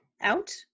Out